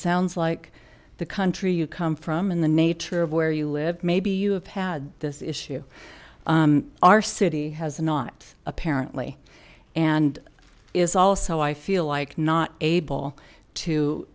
sounds like the country you come from in the nature of where you live maybe you have had this issue our city has not apparently and is also i feel like not able to